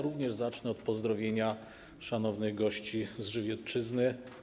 Również zacznę od pozdrowienia szanownych gości z Żywiecczyzny.